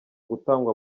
gutangwa